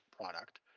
product